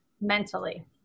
mentally